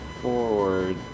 forward